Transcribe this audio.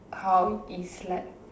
how it's like